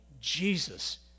Jesus